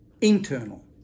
Internal